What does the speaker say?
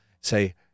say